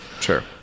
Sure